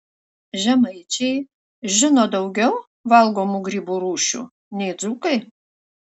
žemaičiai žino daugiau valgomų grybų rūšių nei dzūkai